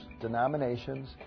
denominations